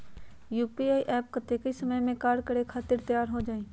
UPI app कतेइक समय मे कार्य करे खातीर तैयार हो जाई?